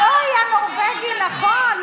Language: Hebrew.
זה לא היה נורבגי, נכון.